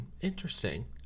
Interesting